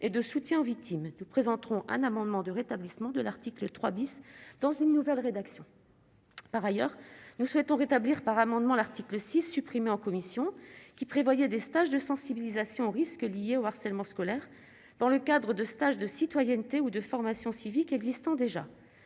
et de soutien aux victimes, nous présenterons un amendement de rétablissement de l'article 3 bis dans une nouvelle rédaction. Par ailleurs, nous souhaitons rétablir par amendement l'article 6 supprimé en commission qui prévoyait des stages de sensibilisation aux risques liés au harcèlement scolaire dans le cadre de stage de citoyenneté ou de formation civique existant déjà